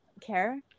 care